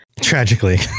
Tragically